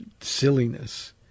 silliness